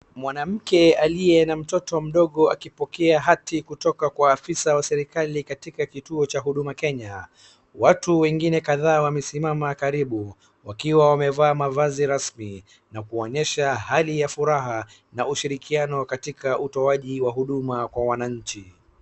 Mwanamke aliye na mtoto mdogo akipokea hati kutoka kwa afisa wa serikali katika kituo cha huduma Kenya. Watu wengine kadhaa wamesimama karibu, wakiwa wamevaa mavazi rasmi na kuonyesha hali ya furaha na ushirikiano katika utoaji wa huduma kwa wananchi.